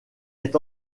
est